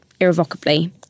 irrevocably